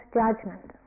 judgment